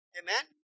amen